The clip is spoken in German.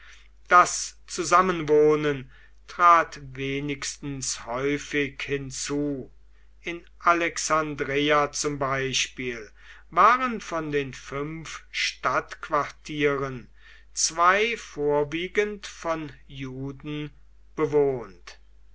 das zusammenwohnen trat wenigstens häufig hinzu in alexandreia zum beispiel waren von den fünf stadtquartieren zwei vorwiegend von juden bewohnt